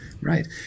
Right